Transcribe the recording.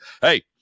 hey